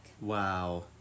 Wow